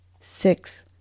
six